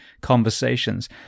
conversations